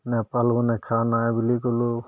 নাপালেও নেখা নাই বুলি ক'লেও